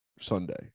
Sunday